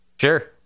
Sure